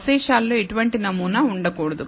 అవశేషాలలో ఎటువంటి నమూనా ఉండకూడదు